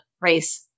race